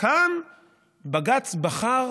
כאן בג"ץ בחר